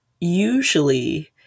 usually